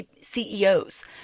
CEOs